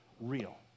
real